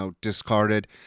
discarded